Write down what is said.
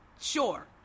sure